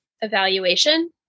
evaluation